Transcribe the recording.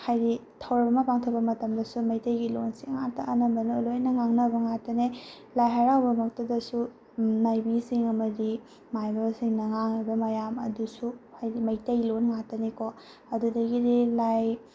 ꯍꯥꯏꯗꯤ ꯊꯧꯔꯝ ꯑꯃ ꯄꯥꯡꯊꯣꯛꯄ ꯃꯇꯝꯗꯁꯨ ꯃꯩꯇꯩꯒꯤ ꯂꯣꯟꯁꯤ ꯉꯛꯇ ꯑꯅꯝꯕꯅ ꯂꯣꯏꯅ ꯉꯥꯡꯅꯕ ꯉꯛꯇꯅꯦ ꯂꯥꯏ ꯍꯔꯥꯎꯕ ꯃꯛꯇꯗꯁꯨ ꯃꯥꯏꯕꯤꯁꯤꯡ ꯑꯃꯗꯤ ꯃꯥꯏꯕꯁꯤꯡꯅ ꯉꯥꯡꯏꯕ ꯃꯌꯥꯝ ꯑꯗꯨꯁꯨ ꯍꯥꯏꯗꯤ ꯃꯩꯇꯩ ꯂꯣꯟ ꯉꯛꯇꯅꯤꯀꯣ ꯑꯗꯨꯗꯒꯤꯗꯤ ꯂꯥꯏ